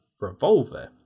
revolver